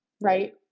Right